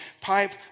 pipe